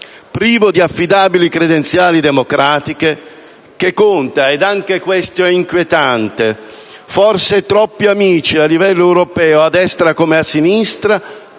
privo di affidabili credenziali democratiche, che conta - e anche questo è inquietante - forse troppi amici a livello europeo, a destra come a sinistra,